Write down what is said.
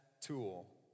tool